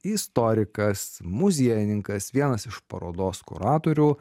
istorikas muziejininkas vienas iš parodos kuratorių